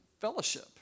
fellowship